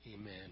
Amen